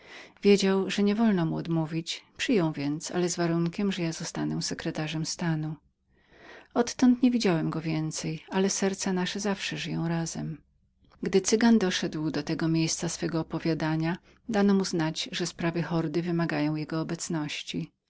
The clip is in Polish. wiedział że niewolno mu było odmówić przyjął więc ale z warunkiem że ja zostanę sekretarzem stanu odtąd nie widziałem go więcej ale serca nasze zawsze żyją razem gdy cygan doszedł do tego miejsca swego opowiadania dano mu znać że sprawy hordy wymagały jego obecności